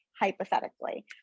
hypothetically